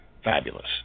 Fabulous